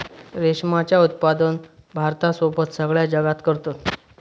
रेशमाचा उत्पादन भारतासोबत सगळ्या जगात करतत